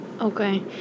Okay